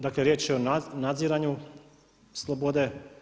Dakle, riječ je o nadziranju slobode.